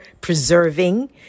preserving